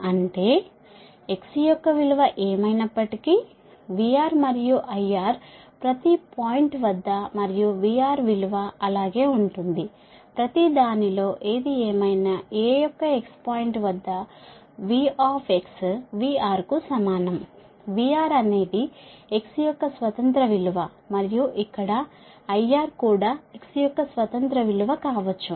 అంటే x యొక్క విలువ ఏమైనప్పటికీ VR మరియు IR ప్రతి పాయింట్ వద్ద మరియు VR విలువ అలాగే ఉంటుంది ప్రతి దానిలో ఏది ఏమైనా ఏ యొక్క x పాయింట్ వద్ద V VR కు సమానం VR అనేది x యొక్క స్వతంత్ర విలువ మరియు ఇక్కడ IR కూడా x యొక్క స్వతంత్ర విలువ కావచ్చు